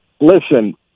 listen